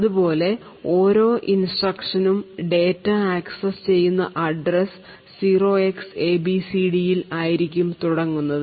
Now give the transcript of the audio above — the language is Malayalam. അതുപോലെ ഓരോ ഇൻസ്ട്രക്ഷൻ ഉം ഡാറ്റ ആക്സസ് ചെയ്യുന്ന അഡ്രസ്സ് 0Xabcd ൽ ആയിരിക്കും തുടങ്ങുന്നത്